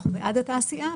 אנחנו בעד התעשייה.